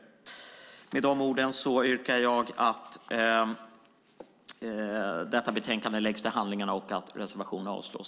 Med de orden yrkar jag på att detta utlåtande läggs till handlingarna och att reservationerna avslås.